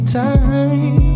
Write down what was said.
time